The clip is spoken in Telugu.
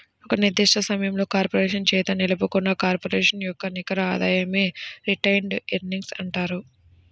ఒక నిర్దిష్ట సమయంలో కార్పొరేషన్ చేత నిలుపుకున్న కార్పొరేషన్ యొక్క నికర ఆదాయమే రిటైన్డ్ ఎర్నింగ్స్ అంటారు